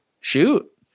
shoot